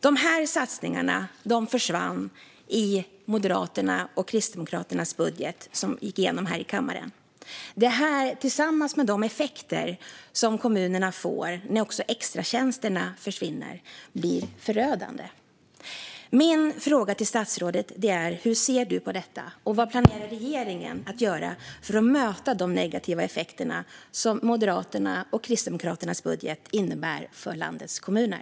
Dessa satsningar försvann i Moderaternas och Kristdemokraternas budget som antogs här i kammaren. Detta blir tillsammans med de effekter som kommunerna får när även extratjänsterna försvinner förödande. Jag vill fråga statsrådet hur hon ser på detta. Vad planerar regeringen att göra för att möta de negativa effekter som Moderaternas och Kristdemokraternas budget innebär för landets kommuner?